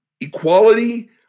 Equality